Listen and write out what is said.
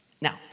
Now